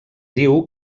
diu